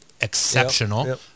exceptional